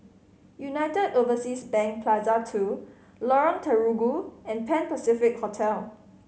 United Overseas Bank Plaza Two Lorong Terigu and Pan Pacific Hotel